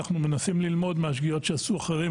אנחנו מנסים ללמוד מהשגיאות שעשו אחרים,